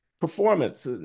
performance